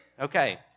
Okay